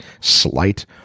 slight